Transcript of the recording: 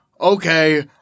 Okay